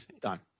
Done